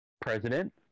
president